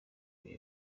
ibihe